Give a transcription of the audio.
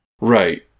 Right